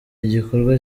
igikorwa